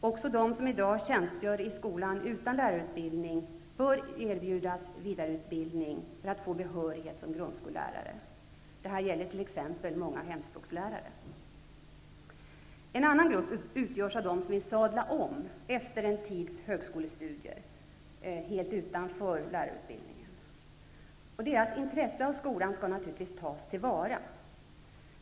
Också de som i dag tjänstgör i skolan utan lärarutbildning bör erbjudas vidareutbildning för att få behörighet som grundskollärare. Detta gäller t.ex. många hemspråkslärare. En annan grupp utgörs av dem som vill sadla om efter en tids högskolestudier helt utanför lärarutbildningen. Deras intresse av skolan skall naturligtvis tas till vara.